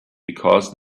because